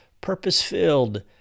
purpose-filled